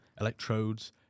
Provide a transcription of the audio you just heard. electrodes